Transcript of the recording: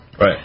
Right